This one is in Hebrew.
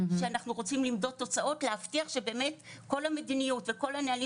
שאנחנו רוצים למדוד תוצאות ולהבטיח שבאמת כל המדיניות וכל הנהלים